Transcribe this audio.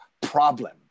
problem